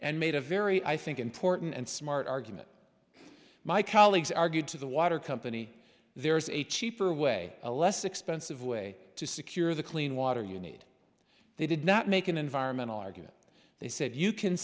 and made a very i think important and smart argument my colleagues argued to the water company there is a cheaper way a less expensive way to secure the clean water you need they did not make an environmental argument they said you can